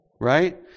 right